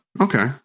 Okay